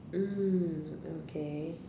mm okay